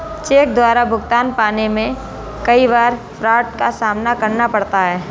check द्वारा भुगतान पाने में कई बार फ्राड का सामना करना पड़ता है